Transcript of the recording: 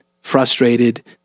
frustrated